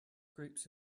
groups